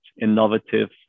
innovative